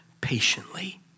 patiently